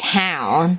town